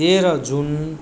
तेह्र जुन